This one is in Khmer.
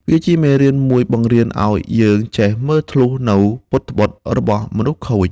វាជាមេរៀនមួយបង្រៀនឱ្យយើងចេះមើលធ្លុះនូវពុតត្បុតរបស់មនុស្សខូច។